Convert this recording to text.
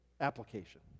Application